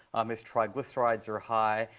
um his triglycerides are high.